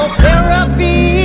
therapy